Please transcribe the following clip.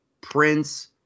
prince